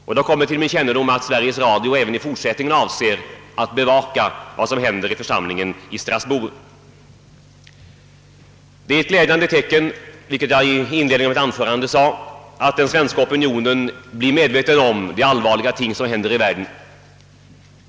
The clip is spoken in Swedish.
Det har kommit till min kännedom att Sveriges Radio även i fortsättningen avser att bevaka vad som händer i församlingen i Strassbourg. Det är även ett glädjande tecken — vilket jag inledningsvis sade — att den svenska opinionen börjar bli medveten om skeendena ute i världen.